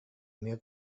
эмиэ